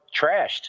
trashed